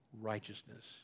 righteousness